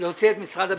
להוציא את משרד הביטחון,